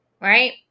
Right